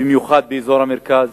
במיוחד באזור המרכז.